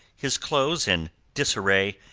his clothes in disarray,